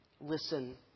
listen